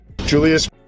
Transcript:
julius